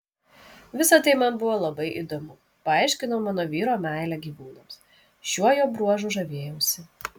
visa tai man buvo labai įdomu paaiškino mano vyro meilę gyvūnams šiuo jo bruožu žavėjausi